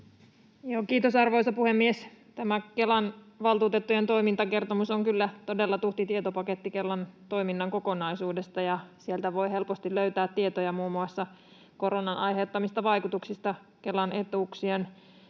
Kiitos, arvoisa puhemies! Tämä Kelan valtuutettujen toimintakertomus on kyllä todella tuhti tietopaketti Kelan toiminnan kokonaisuudesta. Sieltä voi helposti löytää tietoja muun muassa koronan aiheuttamista vaikutuksista Kelan etuuksien